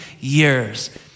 Years